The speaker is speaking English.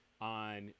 on